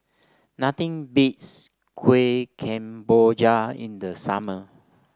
nothing beats Kueh Kemboja in the summer